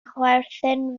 chwerthin